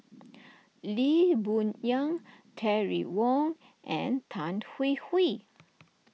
Lee Boon Yang Terry Wong and Tan Hwee Hwee